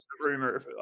rumor